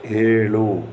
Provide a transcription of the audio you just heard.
ಏಳು